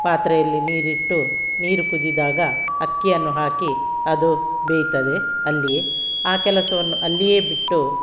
ಪಾತ್ರೆಯಲ್ಲಿ ನೀರಿಟ್ಟು ನೀರು ಕುದಿದಾಗ ಅಕ್ಕಿಯನ್ನು ಹಾಕಿ ಅದು ಬೇಯ್ತದೆ ಅಲ್ಲಿಯೇ ಆ ಕೆಲಸವನ್ನು ಅಲ್ಲಿಯೇ ಬಿಟ್ಟು